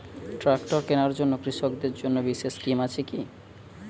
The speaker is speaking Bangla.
ট্রাক্টর কেনার জন্য কৃষকদের জন্য বিশেষ স্কিম আছে কি?